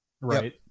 Right